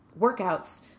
workouts